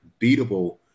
beatable